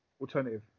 Alternative